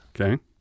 Okay